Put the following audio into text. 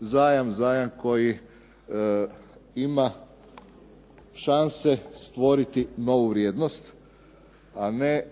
zajam. Zajam koji ima šanse stvoriti novu vrijednost a ne